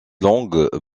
langues